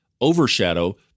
overshadow